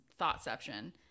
thoughtception